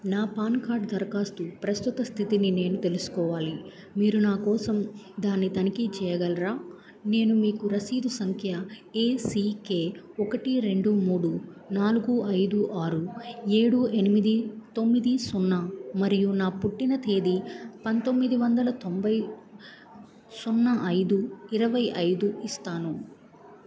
నా PAN card దరఖాస్తు ప్రస్తుత స్థితిని నేను తెలుసుకోవాలి మీరు నా కోసం దాన్ని తనిఖీ చేయగలరా నేను మీకు రసీదు సంఖ్య ఏసీకే ఒకటి రెండు మూడు నాలుగు ఐదు ఆరు ఏడు ఎనిమిది తొమ్మిది సున్నా మరియు నా పుట్టిన తేదీ పంతొమ్మిది వందల తొంభై సున్నా ఐదు ఇరవై ఐదు ఇస్తాను